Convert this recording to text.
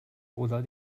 oder